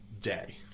day